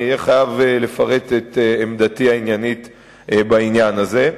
אני אהיה חייב לפרט את עמדתי העניינית בעניין הזה.